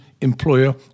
employer